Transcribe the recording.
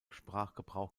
sprachgebrauch